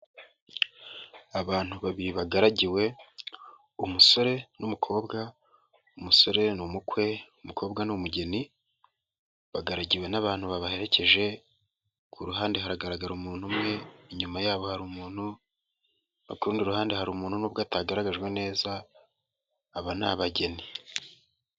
Abantu babiri bagaragiwe umusore n'umukobwa, umusore ni umukwe, umukobwa n'umugeni bagaragiwe n'abantu babaherekeje, ku ruhande haragaragara umuntu umwe, inyuma yabo hari umuntu no ku rundi ruhande hari umuntu nubwo atagaragajwe neza, aba ni abageni.